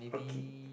okay